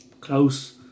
Close